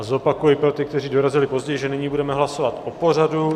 Zopakuji pro ty, kteří dorazili později, že nyní budeme hlasovat o pořadu.